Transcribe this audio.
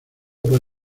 por